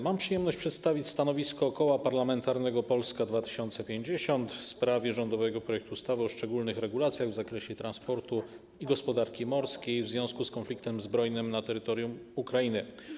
Mam przyjemność przedstawić stanowisko Koła Parlamentarnego Polska 2050 w sprawie rządowego projektu ustawy o szczególnych regulacjach w zakresie transportu i gospodarki morskiej w związku z konfliktem zbrojnym na terytorium Ukrainy.